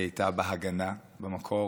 היא הייתה מההגנה במקור